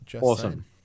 awesome